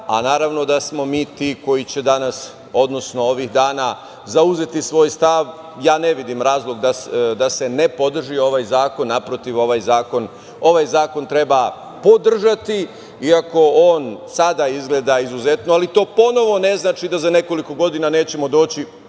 a naravno da smo mi ti koji će danas, odnosno ovih dana zauzeti svoj stav. Ja ne vidim razlog da se ne podrži ovaj zakon. Naprotiv, ovaj zakon treba podržati iako on sada izgleda izuzetno, ali to ponovo ne znači da za nekoliko godina nećemo doći